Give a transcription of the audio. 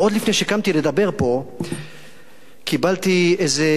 ועוד לפני שקמתי לדבר פה קיבלתי איזה